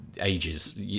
ages